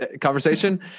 conversation